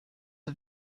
are